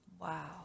Wow